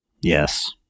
Yes